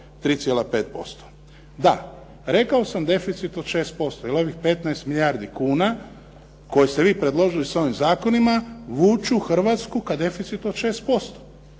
3,5%. Da, rekao sam deficit od 6% jer ovih 15 milijardi kuna koje ste vi predložili s ovim zakonima vuku Hrvatsku ka deficitu od 6%.